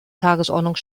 tagesordnung